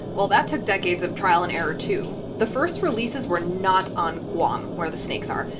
well, that took decades of trial and error, too. the first releases were not on guam, where the snakes are.